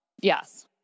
Yes